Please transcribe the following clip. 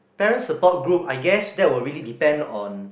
parents support group I guess that will really depend on